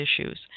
issues